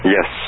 Yes